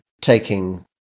taking